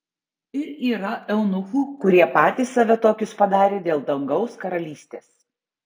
ir yra eunuchų kurie patys save tokius padarė dėl dangaus karalystės